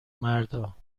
مردا